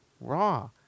raw